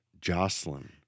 Jocelyn